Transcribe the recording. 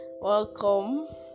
welcome